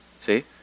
See